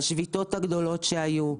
השביתות הגדולות שהיו.